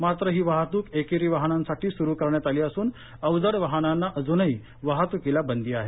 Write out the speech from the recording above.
मात्र ही वाहतूक एकेरी वाहनांसाठी सुरू करण्यात आली असून अवजड वाहनांना अजूनही वाहतुकीला बंदी आहे